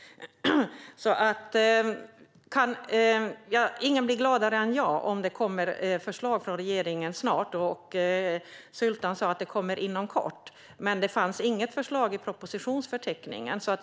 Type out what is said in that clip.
Ingen blir gladare än jag om det snart kommer förslag från regeringen. Sultan sa att det kommer inom kort, men det fanns inget förslag i propositionsförteckningen.